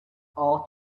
all